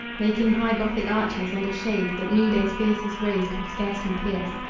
making high gothic arches, and a shade that noonday's fiercest rays could scarcely pierce,